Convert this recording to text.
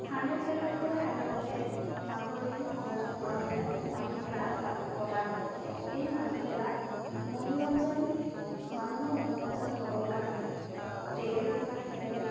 স্থানীয় খেল বুলি ক'লে সাধাৰণতে মাঘৰ বিহুৰ সময়ত আমাৰ ইয়াত মাঘী মেলা পাত পতা হয় এই মাঘী মেলাত মনোৰঞ্জন মানুহৰ মনোৰঞ্জন হ'বৰ কাৰণে টেকেলি ভঙা খেল